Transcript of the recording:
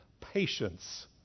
patience